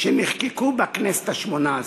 שנחקקו בכנסת השמונה-עשרה.